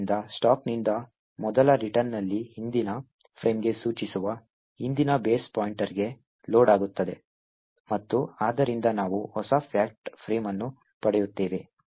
ಆದ್ದರಿಂದ ಸ್ಟಾಕ್ನಿಂದ ಮೊದಲ ರಿಟರ್ನ್ನಲ್ಲಿ ಹಿಂದಿನ ಫ್ರೇಮ್ಗೆ ಸೂಚಿಸುವ ಹಿಂದಿನ ಬೇಸ್ ಪಾಯಿಂಟರ್ಗೆ ಲೋಡ್ ಆಗುತ್ತದೆ ಮತ್ತು ಆದ್ದರಿಂದ ನಾವು ಹೊಸ ಫ್ಯಾಕ್ಟ್ ಫ್ರೇಮ್ ಅನ್ನು ಪಡೆಯುತ್ತೇವೆ